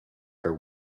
her